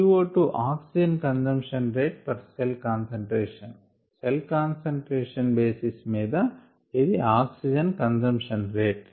qO2 oxygen consumption rate per cell concentration cell concentration basis మీద ఇది oxygen consumption rate